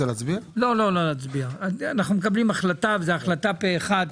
אנחנו מקבלים החלטה פה אחד.